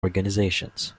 organizations